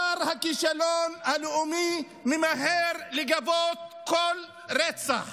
שר הכישלון הלאומי ממהר לגבות כל רצח